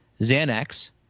Xanax